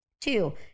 Two